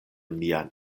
mian